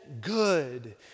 good